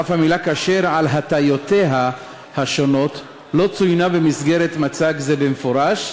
ואף אם המילה "כשר" על הטיותיה השונות לא צוינה במסגרת מצג זה במפורש,